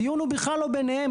הדיון הוא בכלל לא ביניהם,